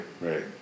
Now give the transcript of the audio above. Right